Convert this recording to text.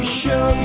show